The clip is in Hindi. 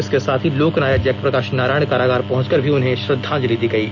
इसके साथ ही लोकनायक जयप्रकाश नारायण कारागार पहंचकर भी उन्हें श्रद्धांजलि दी गयी